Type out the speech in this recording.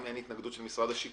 אם אין התנגדות של משרד השיכון,